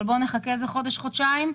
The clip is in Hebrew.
בואו נחכה חודש או חודשיים.